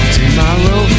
Tomorrow